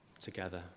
together